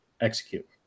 execute